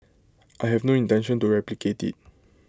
I have no intention to replicate IT